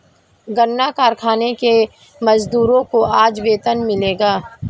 गन्ना कारखाने के मजदूरों को आज वेतन मिलेगा